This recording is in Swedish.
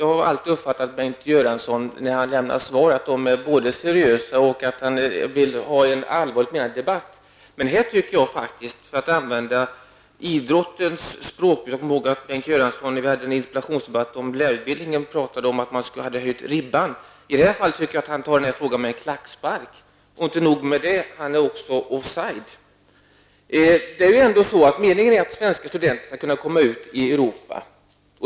Jag har alltid uppfattat de svar som Bengt Göransson lämnar som seriösa, och jag har också uppfattat att han vill föra en allvarligt menad debatt. Jag erinrar mig att Bengt Göransson i en interpellationsdebatt om lärarutbildningen använde idrottens språkbruk och talade om att man höjt ribban. I det här fallet tycker jag att han tar frågan med en klackspark. Det är inte nog med det. Han är också off-side. Meningen är att svenska studenter skall kunna komma ut i Europa.